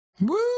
Woo